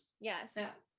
Yes